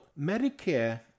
Medicare